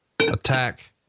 Attack